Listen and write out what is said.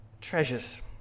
treasures